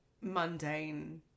mundane